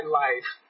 life